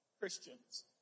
Christians